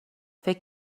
فکر